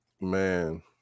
Man